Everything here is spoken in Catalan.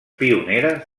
pioneres